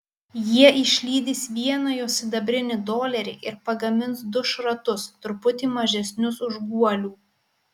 jie išlydys vieną jo sidabrinį dolerį ir pagamins du šratus truputį mažesnius už guolių